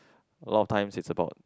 a lot of time is about